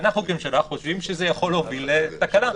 אנחנו כממשלה חושבים שזה יכול להוביל לתקלה.